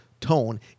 tone